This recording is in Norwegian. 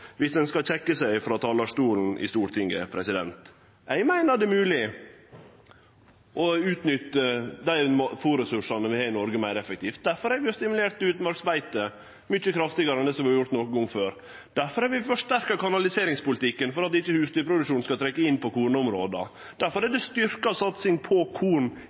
viss ein skal kjekke seg frå talarstolen i Stortinget. Eg meiner det er mogleg å utnytte dei fôrressursane vi har i Noreg meir effektivt. Difor har vi stimulert utmarksbeite mykje kraftigare enn det som er gjort nokon gong før. Difor har vi forsterka kanaliseringspolitikken for at ikkje husdyrproduksjonen skal trekkje inn på kornområda. Difor er det styrkt satsing på korn